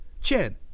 Chen